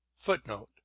footnote